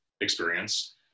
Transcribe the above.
experience